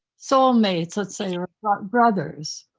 soulmates, let's say brothers.